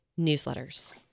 newsletters